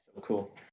Cool